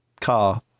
Car